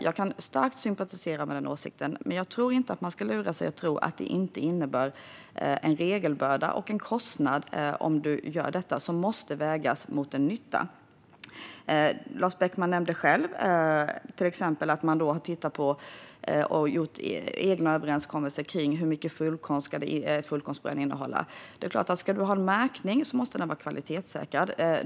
Jag kan starkt sympatisera med denna åsikt, men jag tror inte att man ska låta lura sig att tro att det inte innebär en regelbörda och en kostnad om detta görs. Detta måste vägas mot en nytta. Lars Beckman nämnde att man har tittat på och gjort egna överenskommelser om hur mycket fullkorn som fullkornsbröd ska innehålla. Ska man ha en märkning måste den vara kvalitetssäkrad.